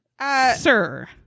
sir